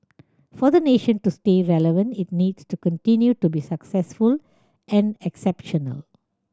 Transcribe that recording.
for the nation to stay relevant it needs to continue to be successful and exceptional